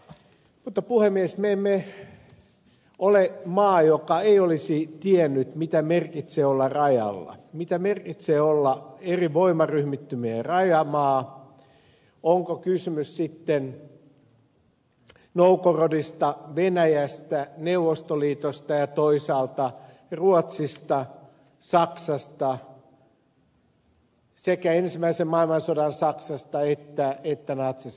mutta puhemies me emme ole maa joka ei olisi tiennyt mitä merkitsee olla rajalla mitä merkitsee olla eri voimaryhmittymien rajamaa onpa kysymys sitten novgorodista venäjästä neuvostoliitosta ja toisaalta ruotsista saksasta sekä ensimmäisen maailmansodan saksasta että natsi saksasta